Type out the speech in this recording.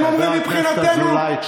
הם אומרים: מבחינתנו,